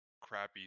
crappy